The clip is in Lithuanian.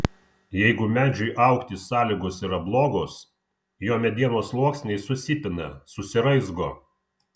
jeigu medžiui augti sąlygos yra blogos jo medienos sluoksniai susipina susiraizgo